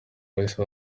wahise